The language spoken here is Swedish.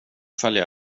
följa